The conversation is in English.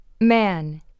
man